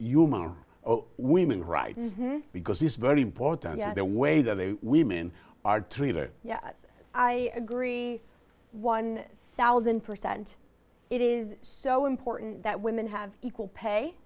mark women rights because it's very important and the way that women are treated yeah i agree one thousand percent it is so important that women have equal pay